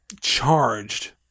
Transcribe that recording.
charged